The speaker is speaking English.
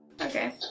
Okay